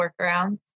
workarounds